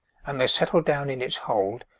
and they settle down in its hold,